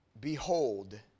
Behold